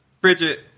Bridget